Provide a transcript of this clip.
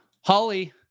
Holly